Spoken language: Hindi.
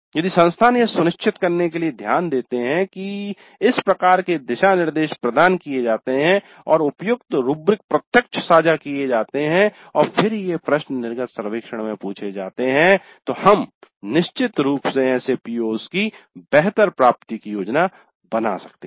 यदि संस्थान यह सुनिश्चित करने के लिए ध्यान देते हैं कि इस प्रकार के दिशानिर्देश प्रदान किए जाते हैं और उपयुक्त रूब्रिक प्रत्यक्ष साझा किए जाते हैं और फिर ये प्रश्न निर्गत सर्वेक्षण में पूछे जाते हैं तो हम निश्चित रूप से ऐसे PO's की बेहतर प्राप्ति की योजना बना सकते हैं